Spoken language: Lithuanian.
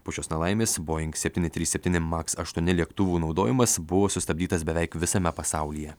po šios nelaimės boing septyni trys septyni maks aštuoni lėktuvų naudojimas buvo sustabdytas beveik visame pasaulyje